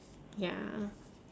ya